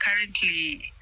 currently